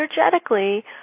energetically